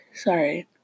Sorry